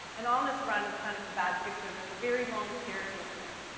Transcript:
and on this run, it's kind of a bad picture, there's a very long staircase there.